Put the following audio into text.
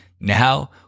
Now